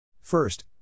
First